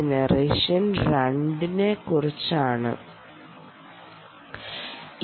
Jena 2 2 ആണ്